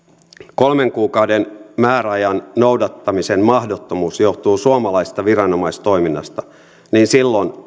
kolmen kuukauden määräajan noudattamisen mahdottomuus johtuu suomalaisesta viranomaistoiminnasta niin silloin